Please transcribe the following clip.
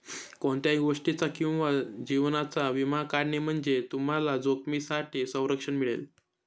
कोणत्याही गोष्टीचा किंवा जीवनाचा विमा काढणे म्हणजे तुम्हाला जोखमीपासून संरक्षण मिळेल